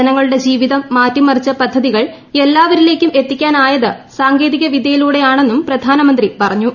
ജനങ്ങളുടെ ജീവിതം മാറ്റിമറിച്ചു പദ്ധതികൾ എല്ലാവരിലേക്കും എത്തിക്കാനായത് സാങ്കേതികവിദ്യയിലൂടെ ആണെന്നും പ്രധാനമന്ത്രി പറഞ്ഞു